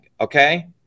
okay